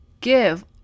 give